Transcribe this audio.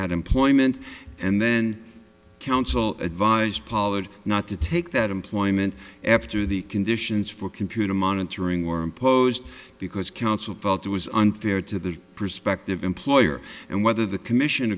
had employment and then counsel advised pollard not to take that employment after the conditions for computer monitoring were imposed because counsel felt it was unfair to the prospective employer and whether the commission